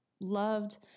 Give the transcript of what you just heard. loved